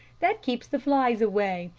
that keeps the flies away,